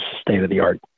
state-of-the-art